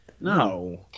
no